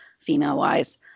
female-wise